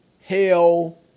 hell